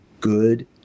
good